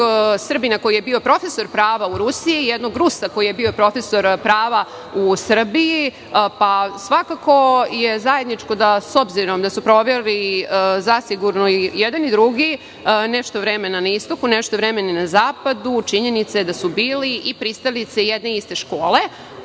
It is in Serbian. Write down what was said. jednog Srbina koji je bio profesor prava u Rusiji i jednog Rusa koji je bio profesor prava u Srbiji, svakako je zajedničko da s obzirom da su proveli zasigurno i jedan i drugi nešto vremena na istoku, nešto vremena na zapadu, činjenica je da su bili i pristalice jedne iste škole.